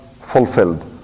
fulfilled